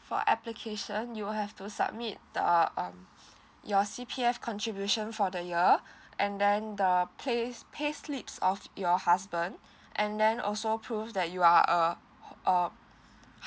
for application you will have to submit the um your C_P_F contribution for the year and then the pay payslips of your husband and then also prove that you are a uh